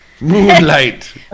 Moonlight